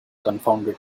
confounded